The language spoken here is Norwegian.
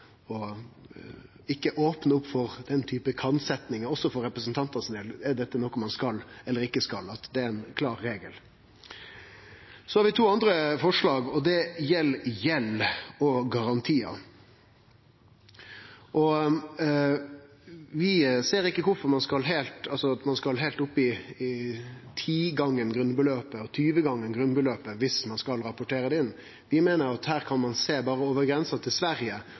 å ikkje opne for den typen kan-setningar, også for representantane sin del, slik at dette er noko ein skal eller ikkje skal, og at det er ein klar regel. Vi har to andre forslag, og dei gjeld garantiar og gjeld. Vi ser ikkje kvifor ein skal heilt opp i 10 og 20 gongar grunnbeløpet for å rapportere inn. Vi meiner at ein her kan sjå over grensa til Sverige